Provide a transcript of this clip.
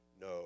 no